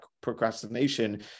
procrastination